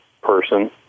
person